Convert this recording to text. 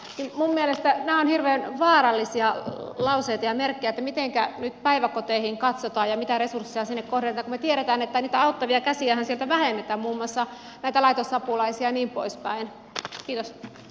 minun mielestäni nämä ovat hirveän vaarallisia lauseita ja merkkejä mitenkä nyt päiväkoteihin katsotaan ja mitä resursseja sinne kohdennetaan kun me tiedämme että niitä auttavia käsiähän sieltä vähennetään muun muassa näitä laitosapulaisia jnp